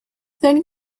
then